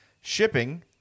Shipping